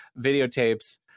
videotapes